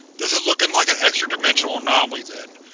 this is looking like an extradimensional anomaly, then.